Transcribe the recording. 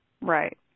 Right